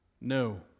no